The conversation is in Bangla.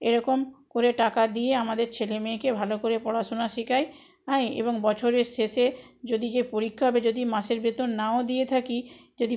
এরকম করে টাকা দিয়ে আমাদের ছেলে মেয়েকে ভালো করে পড়াশুনা শেখাই আই এবং বছরের শেষে যদি যে পরীক্ষা হবে যদি মাসের বেতন নাও দিয়ে থাকি যদি